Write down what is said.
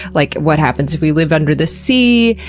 like what happens if we lived under the sea,